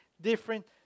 different